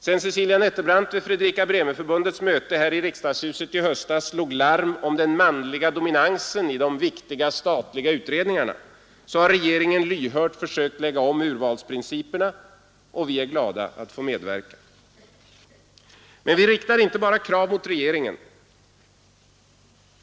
Sedan Cecilia Nettelbrandt vid Fredrika-Bremer-förbundets möte här i riksdagshuset i höstas slog larm om den manliga dominansen i de viktiga statliga utredningarna har regeringen lyhört försökt lägga om urvalsprinciperna, och vi är glada över att få medverka. Men vi riktar inte bara krav mot regeringen.